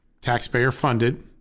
taxpayer-funded